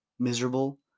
miserable